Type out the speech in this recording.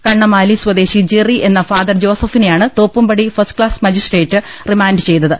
കണ്ണമാലി സ്വദേശി ജെറി എന്ന് ഫാദർ ജോസഫിനെയാണ് തോപ്പുംപടി ഫസ്റ്റ്ക്ളാസ് മജിസ്ട്രേറ്റ് റിമാൻഡ് ചെയ്തത്